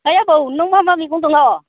है आबौ नों मा मा मैगं दङ